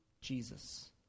Jesus